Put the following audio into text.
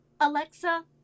Alexa